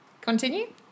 continue